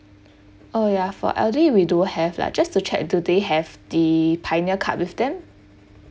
uh yeah for elderly we do have like just to check if do they have the pioneer card with them